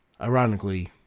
Ironically